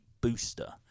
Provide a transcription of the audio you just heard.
booster